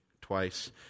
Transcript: twice